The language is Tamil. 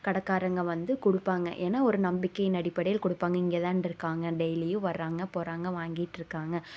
கடைக்காரங்க வந்து கொடுப்பாங்க ஏனால் ஒரு நம்பிக்கையின் அடிப்படையில கொடுப்பாங்க இங்கேதான்ருக்காங்க டெய்லியும் வராங்க போகிறாங்க வாங்கிட்டிருக்காங்க